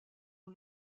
ont